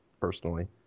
personally